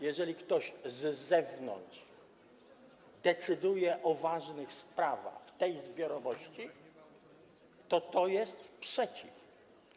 Jeżeli zatem ktoś z zewnątrz decyduje o ważnych sprawach tej zbiorowości, to to jest przeciw.